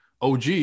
og